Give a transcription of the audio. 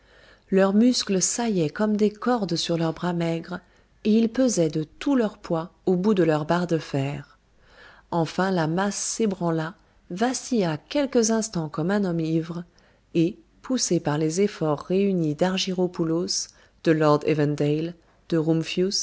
leurs muscles saillaient comme des cordes sur leurs bras maigres et ils pesaient de tout leur poids au bout de leur barre de fer enfin la masse s'ébranla vacilla quelques instants comme un homme ivre et poussée par les efforts réunis d'argyropoulos de lord evandale de